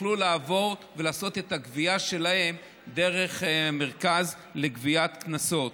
יוכלו לעבור ולעשות את הגבייה שלהם דרך מרכז לגביית קנסות.